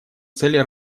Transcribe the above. цели